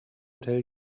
tell